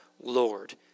Lord